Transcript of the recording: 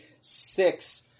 six